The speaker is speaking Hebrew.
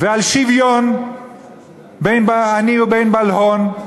ועל שוויון בין עני ובין בעל הון.